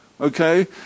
okay